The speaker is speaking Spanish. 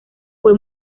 fue